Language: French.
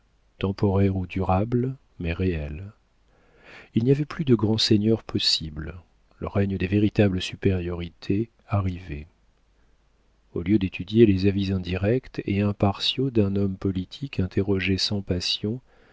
temporaire ou durable mais réelle il n'y avait plus de grands seigneurs possibles le règne des véritables supériorités arrivait au lieu d'étudier les avis indirects et impartiaux d'un homme politique interrogé sans passion